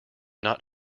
not